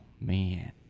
man